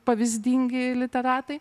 pavyzdingieji literatai